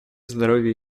здоровья